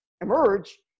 emerge